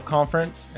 Conference